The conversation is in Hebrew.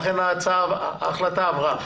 ההחלטה עברה.